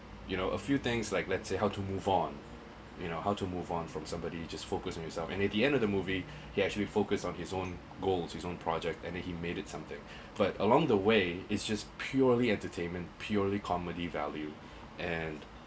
you know a few things like let's say how to move on you know how to move on from somebody you just focus on yourself and at the end of the movie he actually focused on his own goals his own project and then he made it something but along the way it's just purely entertainment purely comedy value and